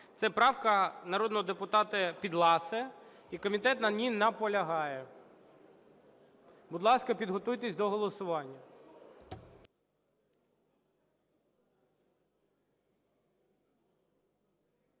Це правка народного депутата Підласої. І комітет на ній наполягає. Будь ласка, підготуйтесь до голосування.